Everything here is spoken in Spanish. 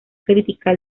crítica